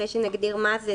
אחרי שנגדיר מה זה,